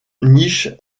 niche